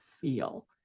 feel